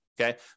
Okay